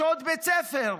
הוא בשעות בית ספר,